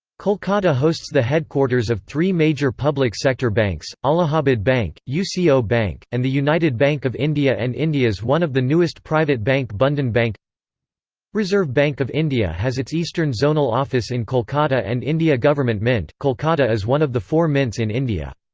kolkata hosts the headquarters of three major public-sector banks allahabad bank, uco bank, and the united bank of india and india's one of the newest private bank bandhan but and bank reserve bank of india has its eastern zonal office in kolkata and india government mint, kolkata is one of the four mints in india.